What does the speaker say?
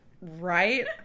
right